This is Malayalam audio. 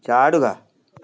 ചാടുക